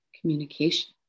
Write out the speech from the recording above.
communication